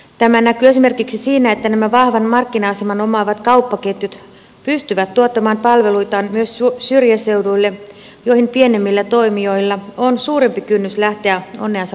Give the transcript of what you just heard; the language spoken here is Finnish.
tämä näkyy esimerkiksi siinä että nämä vahvan markkina aseman omaavat kauppaketjut pystyvät tuottamaan palveluitaan myös syrjäseuduille joihin pienemmillä toimijoilla on suurempi kynnys lähteä onneansa kokeilemaan